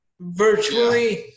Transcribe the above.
virtually